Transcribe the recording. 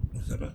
apa masalah